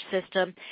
system